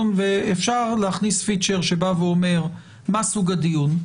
אפשר להכניס פיצ'ר שאומר מה סוג הדיון,